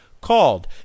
called